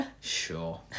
Sure